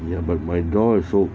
ya but my door is op~